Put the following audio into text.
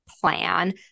plan